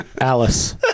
alice